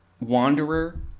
Wanderer